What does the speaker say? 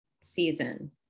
season